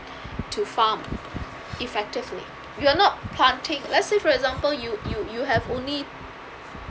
to farm effectively you are not planting let's say for example you you you have only